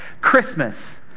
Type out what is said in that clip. Christmas